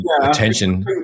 attention